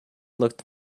looked